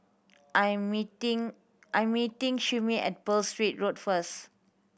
I am meeting I am meeting Shyheim at Pearl's Street Road first